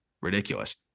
ridiculous